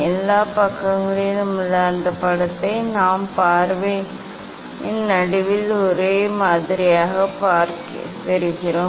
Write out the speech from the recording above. எல்லா பக்கங்களிலும் உள்ள அந்தப் படத்தை நாம் பார்வையின் நடுவில் ஒரே மாதிரியாகப் பெறுகிறோம்